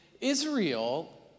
Israel